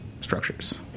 structures